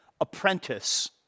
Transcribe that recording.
apprentice